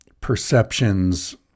perceptions